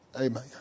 Amen